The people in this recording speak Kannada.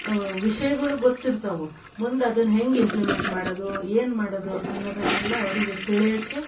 ವಿಷಯಗಳು ಗೊತ್ತಿರ್ತವೆ ಮುಂದೆ ಅದನ್ನು ಹೆಂಗೆ ಇಂಪ್ಲಿಮೆಂಟ್ ಮಾಡೋದು ಏನು ಮಾಡೋದು ಅನ್ನೋದನ್ನೆಲ್ಲ ಅವರಿಗೆ ತಿಳಿಯೋಕ್ಕೆ